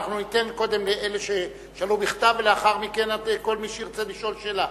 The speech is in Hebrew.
אנחנו ניתן קודם לאלה ששאלו בכתב ולאחר מכן לכל מי שירצה לשאול שאלה.